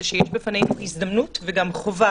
יש בפנינו הזדמנות וגם חובה